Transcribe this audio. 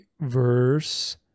verse